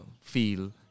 feel